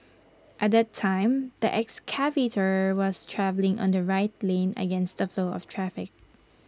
at that time the excavator was travelling on the right lane against the flow of traffic